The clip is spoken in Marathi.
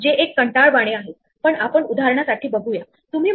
तेव्हा आपल्याला कसे कळेल की आपण केव्हा थांबायचे